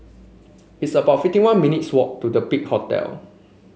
it's about fifty one minutes' walk to Big Hotel